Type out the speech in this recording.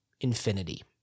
infinity